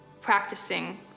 practicing